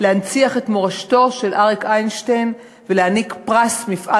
להנציח את מורשתו של אריק איינשטיין ולהעניק פרס מפעל